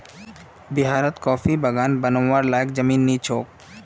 बिहारत कॉफीर बागान बनव्वार लयैक जमीन नइ छोक